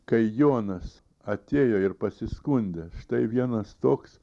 kai jonas atėjo ir pasiskundė štai vienas toks